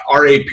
RAP